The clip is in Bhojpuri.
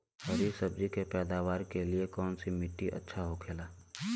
हरी सब्जी के पैदावार के लिए कौन सी मिट्टी अच्छा होखेला?